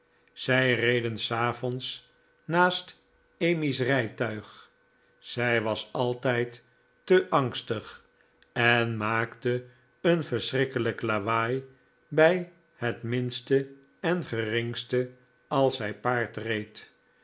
zij reden s avonds naast emmy's rijtuig zij was altijd te angstig en maakte een verschrikkelijk lawaai bij het minste en geringste als zij paard reed